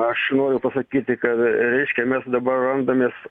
aš noriu pasakyti kada reiškia mes dabar randamės